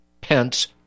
Pence